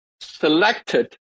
selected